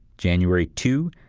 january two,